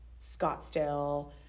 Scottsdale